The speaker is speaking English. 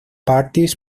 parties